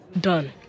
Done